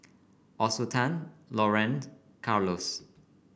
Assunta Laurene Carlos